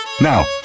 Now